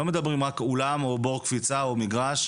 לא מדברים רק אולם, או בור קפיצה, או מגרש.